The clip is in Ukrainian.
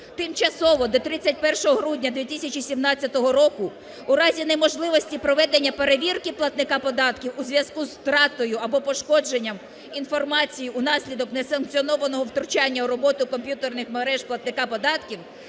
Тимчасово, до 31 грудня 2017 року, у разі неможливості проведення перевірки платника податків у зв'язку з втратою або пошкодженням інформації унаслідок несанкціонованого втручання у роботу комп'ютерних мереж платника податків